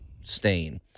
stain